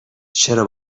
چرا